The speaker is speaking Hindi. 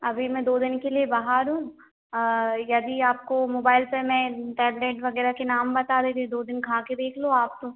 अभी मैं दो दिन के लिए बाहर हूँ यदि आपको मोबाइल पर मैं टैबलेट वगैरह के नाम बता देती दो दिन खा कर देख लो आप